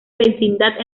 vecindad